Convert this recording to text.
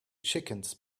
chickens